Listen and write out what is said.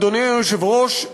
אדוני היושב-ראש,